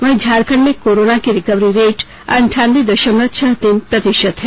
वहीं झारखंड में कोरोना की रिकवरी रेट अनठानबे दशमलव छह तीन प्रतिशत हैं